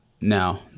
Now